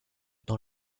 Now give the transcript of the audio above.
dans